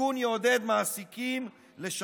נא לסיים.